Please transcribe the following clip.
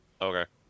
okay